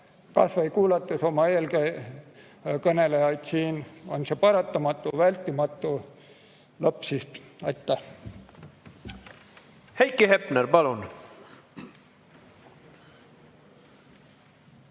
kas või kuulates oma eelkõnelejaid –, on paratamatu, vältimatu lõppsiht. Aitäh! Heiki Hepner, palun!